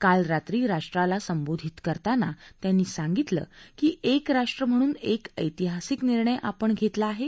क्वाल रात्री राष्ट्राला संबोधित करताना त्यांनी सांगितलं की एक राष्ट्र म्हणून एक ऐतिहासिक निर्णय आपण घस्तला आहा